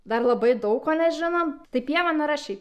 dar labai daug ko nežinom tai pieva nėra šiaip